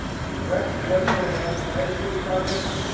she directs the west philadelphia landscape project,